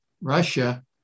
Russia